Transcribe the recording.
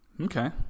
Okay